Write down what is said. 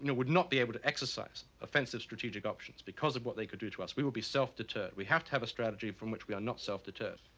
you know would not be able to exercise offensive strategic options because of what they could do to us we would be self-deterred. we have to have a strategy from which we are not self-deterred.